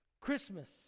Christmas